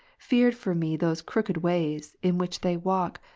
feared for me those crooked ways, in which they walk,